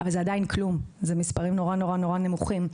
אבל זה עדיין כלום, אלה מספרים נורא-נורא נמוכים.